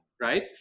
right